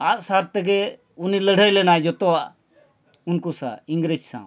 ᱟᱸᱜᱼᱥᱟᱨ ᱛᱮᱜᱮ ᱩᱱᱤ ᱞᱟᱹᱲᱦᱟᱹᱭ ᱞᱮᱱᱟᱭ ᱡᱚᱛᱚᱣᱟᱜ ᱩᱱᱠᱩ ᱥᱟᱶ ᱤᱝᱨᱮᱡᱽ ᱥᱟᱶ